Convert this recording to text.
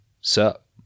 Sup